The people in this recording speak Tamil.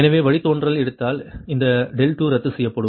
எனவே வழித்தோன்றல் எடுத்தால் இந்த 2ரத்து செய்யப்படும்